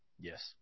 Yes